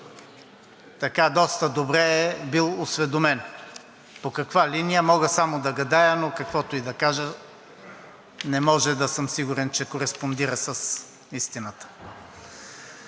така доста добре е бил осведомен. По каква линия, мога само да гадая, но каквото и да кажа, не може да съм сигурен, че кореспондира с истината.